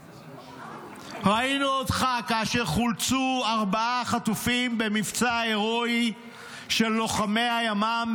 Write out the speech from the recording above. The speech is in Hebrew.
ראינו אותך כאשר חולצו ארבעה החטופים במבצע ההירואי של לוחמי הימ"מ,